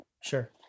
Sure